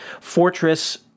fortress